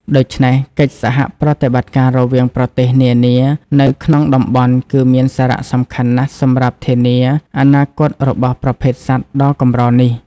ដូច្នេះ កិច្ចសហប្រតិបត្តិការរវាងប្រទេសនានា នៅក្នុងតំបន់គឺមានសារៈសំខាន់ណាស់សម្រាប់ធានាអនាគតរបស់ប្រភេទសត្វដ៏កម្រនេះ។